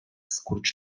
skurcz